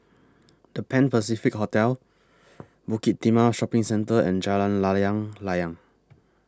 The Pan Pacific Hotel Bukit Timah Shopping Centre and Jalan Layang Layang